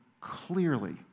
clearly